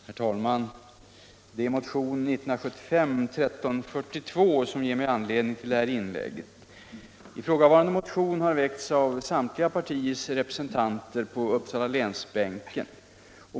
Herr talman! Det är motionen 1975:1342 som ger mig anledning till detta inlägg. Ifrågavarande motion har väckts av samtliga partiers representanter på Uppsala läns-bänken.